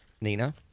Nina